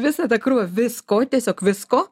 visą tą krūvą visko tiesiog visko